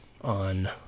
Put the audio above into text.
on